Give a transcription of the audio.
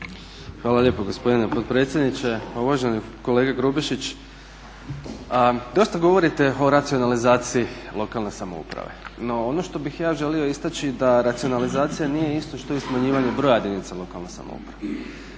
Hvala lijepo gospodine potpredsjedniče. Uvaženi kolega Grubišić, dosta govorite o racionalizaciji lokalne samouprave. No, ono što bih ja želio istaći da racionalizacija nije isto što i smanjivanje broja jedinica lokalne samouprave.